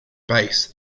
base